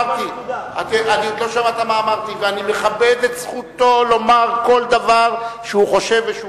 ואני מכבד את זכותו לומר כל דבר שהוא חושב ושהוא